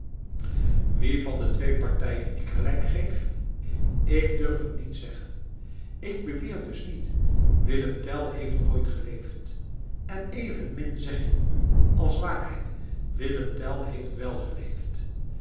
wie van de twee partijen ik gelijk geef ik durf het niet zeggen ik beweer dus niet willem tell heeft nooit geleefd en evenmin zeg ik u als waarheid willem tell heeft wel geleefd